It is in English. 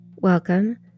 Welcome